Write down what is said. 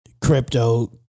crypto